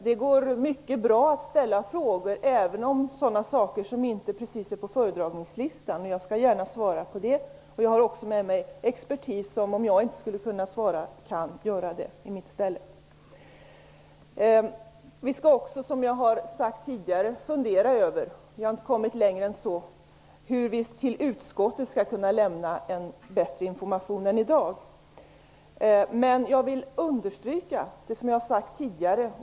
Det går mycket bra att ställa frågor även om sådana saker som inte precis står på föredragningslistan. Jag skall gärna svara. Jag har också med mig expertis som kan svara i mitt ställe, om jag inte skulle kunna svara. Vi skall också, som jag har sagt tidigare, fundera över hur vi skall kunna lämna en bättre information än i dag till utskottet. Vi har inte kommit längre än så. Jag vill understryka det jag har sagt tidigare.